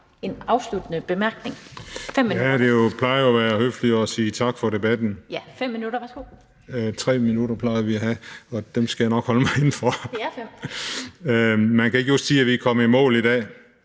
en afsluttende bemærkning.